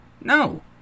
No